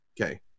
okay